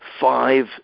Five